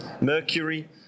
Mercury